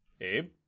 Abe